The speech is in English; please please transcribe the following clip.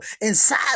inside